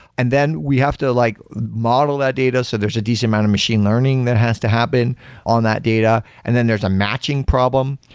and then we have to like model that data. so there's a decent amount of machine learning that has to happen on that data. and then there's a matching problem.